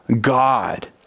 God